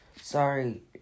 Sorry